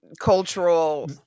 cultural